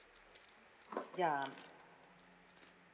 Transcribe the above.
ya